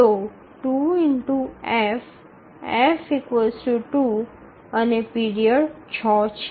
તો ૨ F F ૨ અને period ૬ છે